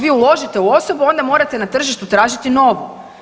Vi uložite u osobu onda morate na tržištu tražit novu.